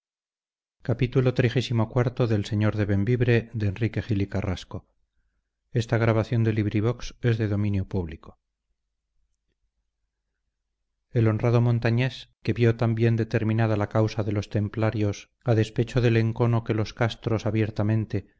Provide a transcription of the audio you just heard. andrade el honrado montañés que vio tan bien terminada la causa de los templarios a despecho del encono que los castros abiertamente